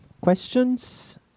questions